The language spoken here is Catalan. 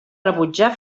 rebutjar